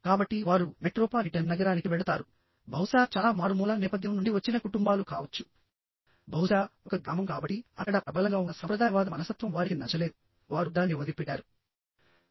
కాబట్టి వారు మెట్రోపాలిటన్ నగరానికి వెళతారు బహుశా చాలా మారుమూల నేపథ్యం నుండి వచ్చిన కుటుంబాలు కావచ్చుబహుశా ఒక గ్రామం కాబట్టి అక్కడ ప్రబలంగా ఉన్న సంప్రదాయవాద మనస్తత్వం వారికి నచ్చలేదు వారు దానిని వదిలిపెట్టారు